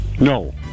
No